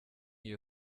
iyo